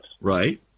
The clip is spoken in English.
Right